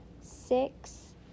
six